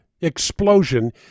explosion